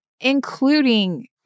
including